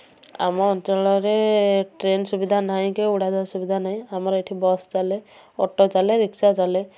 ଆମ ଅଞ୍ଚଳରେ ଟ୍ରେନ୍ ସୁବିଧା ନାହିଁ କି ଉଡ଼ାଜାହଜ ସୁବିଧା ନାହିଁ ଆମର ଏଇଠି ବସ୍ ଚାଲେ ଅଟୋ ଚାଲେ ରିକ୍ସା ଚାଲେ